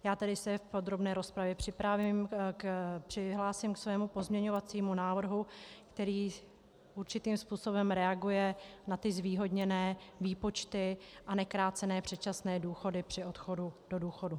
Já tedy se k podrobné rozpravě připravím, přihlásím k svému pozměňovacímu návrhu, který určitým způsobem reaguje na ty zvýhodněné výpočty a nekrácené předčasné důchody při odchodu do důchodu.